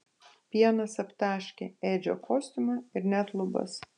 pienas aptaškė edžio kostiumą ir net lubas